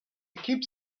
keeps